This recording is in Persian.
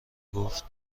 گفت